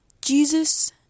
jesus